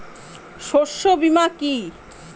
শস্য বীমা কি?